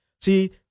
See